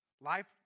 Life